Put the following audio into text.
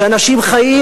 שאנשים חיים,